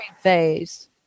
phase